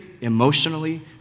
emotionally